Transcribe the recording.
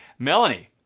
Melanie